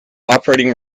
operating